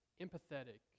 empathetic